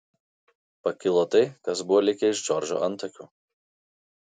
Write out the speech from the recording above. pakilo tai kas buvo likę iš džordžo antakių